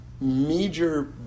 major